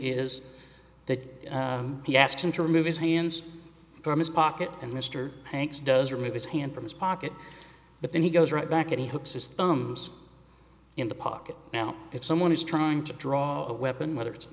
is that he asked him to remove his hands from his pocket and mr hanks does remove his hand from his pocket but then he goes right back at the hook systems in the pocket now if someone is trying to draw a weapon whether it's a